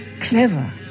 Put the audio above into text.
Clever